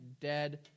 dead